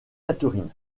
catherine